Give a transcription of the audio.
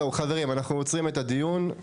חברים, אנחנו עוצרים את הדיון.